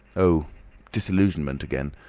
oh disillusionment again.